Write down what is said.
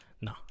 No